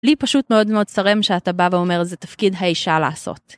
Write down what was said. לי פשוט מאוד מאוד צורם שאתה בא ואומר, זה תפקיד האישה לעשות.